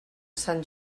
sant